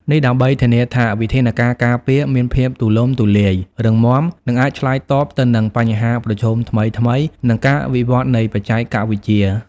នេះដើម្បីធានាថាវិធានការការពារមានភាពទូលំទូលាយ រឹងមាំ និងអាចឆ្លើយតបទៅនឹងបញ្ហាប្រឈមថ្មីៗ និងការវិវត្តន៍នៃបច្ចេកវិទ្យា។